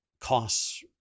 costs